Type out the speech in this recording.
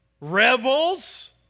rebels